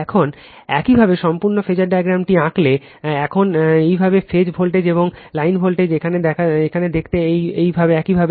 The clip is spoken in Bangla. এখন একইভাবে সম্পূর্ণ ফাসার ডায়াগ্রামটি আঁকলে এখন একইভাবে ফেজ ভোল্টেজ এবং লাইন ভোল্টেজ এখন দেখতে একইভাবে